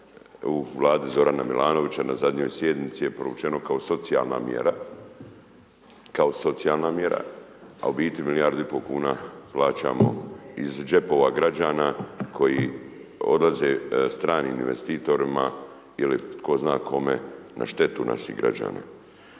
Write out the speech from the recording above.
u Vladi Zorana Milanovića, na zadnjoj sjednici je provučeno kao socijalna mjera, kao socijalna mjera a u biti milijardu i pol kuna plaćamo iz džepova građana koji odlaze stranim investitorima ili tko zna kome na štetu naših građana.